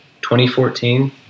2014